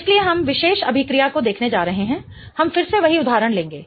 इसलिए हम विशेष अभिक्रिया को देखने जा रहे हैं हम फिर से वही उदाहरण लेंगे